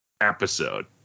episode